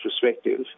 perspective